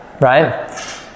right